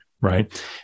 Right